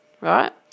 Right